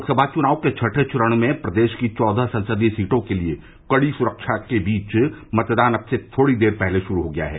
लोकसभा चुनाव के छठें चरण में प्रदेश की चौदह संसदीय सीटों के लिये कड़ी सुरक्षा व्यवस्था के बीच मतदान अब से थोड़ी देर पहले शुरू हो गया है